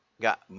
got